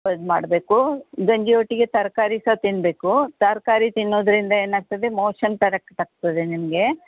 ಪದ್ ಮಾಡಬೇಕು ಗಂಜಿ ಒಟ್ಟಿಗೆ ತರಕಾರಿ ಸಹ ತಿನ್ಬೇಕು ತರಕಾರಿ ತಿನ್ನೋದರಿಂದ ಏನಾಗ್ತದೆ ಮೋಶನ್ ಕರೆಕ್ಟ್ ಆಗ್ತದೆ ನಿಮಗೆ